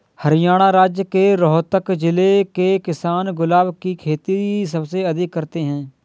हरियाणा राज्य के रोहतक जिले के किसान गुलाब की खेती सबसे अधिक करते हैं